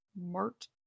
Mart